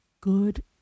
good